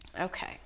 Okay